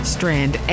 Strand